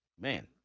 Man